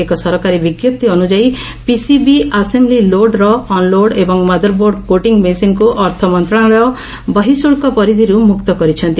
ଏକ ସରକାରୀ ବିଜ୍ଞପ୍ତି ଅନ୍ଦଯାୟୀ ପିସିବି ଆସେମ୍କି ଲୋଡର ଅନ୍ଲୋଡ ଏବଂ ମଦର୍ବୋର୍ଡ କୋଟିଂ ମେସିନ୍କୁ ଅର୍ଥମନ୍ତ୍ରଣାଳୟ ବହିଃଶୁଳ୍କ ପରିଧରୁ ମୁକ୍ତ କରିଛନ୍ତି